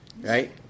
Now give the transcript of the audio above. right